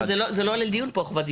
חובת הדיווח לא עולה לדיון פה.